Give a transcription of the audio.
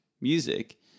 music